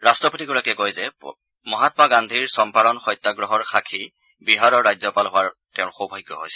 ৰট্টপতিগৰাকীয়ে কয় যে মহামা গান্ধীৰ চম্পাৰণ সত্যাগ্ৰহৰ সাক্ষী বিহাৰৰ ৰাজ্যপাল হোৱাৰ তেওঁৰ সৌভাগ্য হৈছিল